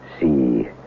See